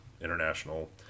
international